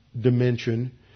dimension